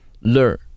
learn